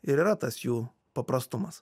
ir yra tas jų paprastumas